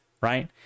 right